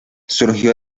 surgió